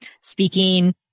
speaking